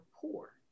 poor